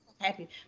happy